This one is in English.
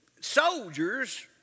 soldiers